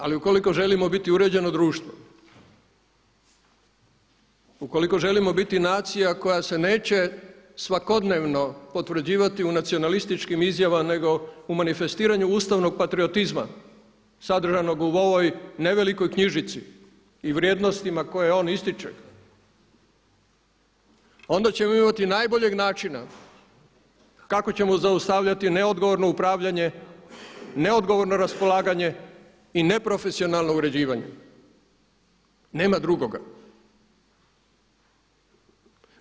Ali ukoliko želimo biti uređeno društvo, ukoliko želimo biti nacija koja se neće svakodnevno potvrđivati u nacionalističkim izjavama nego u mandifestiranju ustavnog patriotizma sadržajnog u ovoj nevelikoj knjižici i vrijednostima koje on ističe onda ćemo imati najboljeg načina kako ćemo zaustavljati neodgovorno upravljanje, neodgovorno raspolaganje i neprofesionalno uređivanje, nema drugoga.